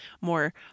more